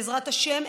בעזרת השם,